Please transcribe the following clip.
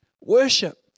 Worship